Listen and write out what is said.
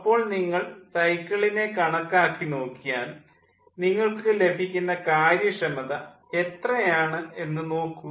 അപ്പോൾ നിങ്ങൾ സൈക്കിളിനെ കണക്കാക്കി നോക്കിയാൽ നിങ്ങൾക്ക് ലഭിക്കുന്ന കാര്യക്ഷമത എത്രയാണ് എന്ന് നോക്കൂ